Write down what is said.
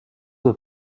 were